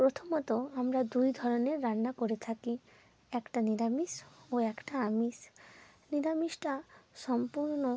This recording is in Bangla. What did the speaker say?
প্রথমত আমরা দুই ধরনের রান্না করে থাকি একটা নিরামিষ ও একটা আমিষ নিরামিষটা সম্পূর্ণ